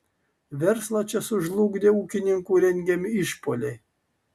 verslą čia sužlugdė ūkininkų rengiami išpuoliai